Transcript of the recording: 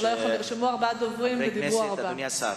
גברתי היושבת-ראש, חברי הכנסת, אדוני השר,